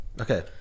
Okay